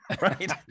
right